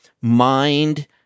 mind